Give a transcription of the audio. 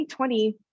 2020